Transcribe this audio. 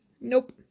nope